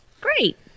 great